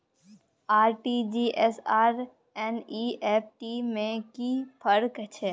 RTG S आर NEFT में कि फर्क छै?